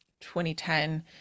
2010